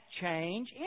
change